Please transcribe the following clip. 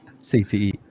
cte